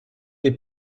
des